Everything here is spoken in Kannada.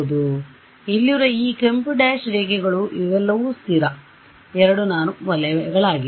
ಆದ್ದರಿಂದ ಇಲ್ಲಿರುವ ಈ ಕೆಂಪು ಡ್ಯಾಶ್ ರೇಖೆಗಳು ಇವೆಲ್ಲವೂ ಸ್ಥಿರ 2 norm ವಲಯಗಳಾಗಿವೆ